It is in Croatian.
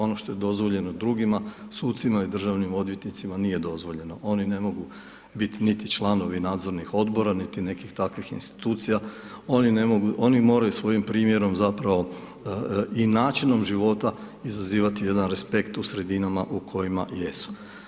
Ono što je dozvoljeno drugima, sucima i državnim odvjetnicima, nije dovaljeno, oni ne mogu biti niti članovi nadzornih odbora, niti nekih takvih insinuacija, oni moraju svojim primjerom zapravo i načinom života izazivati jedan respekt u sredinama u kojima jesu.